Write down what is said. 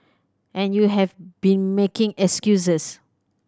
and you have been making excuses